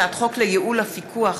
הצעת חוק לייעול הפיקוח